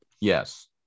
Yes